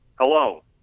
Hello